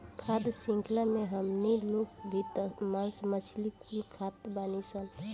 खाद्य शृंख्ला मे हमनी लोग भी त मास मछली कुल खात बानीसन